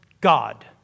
God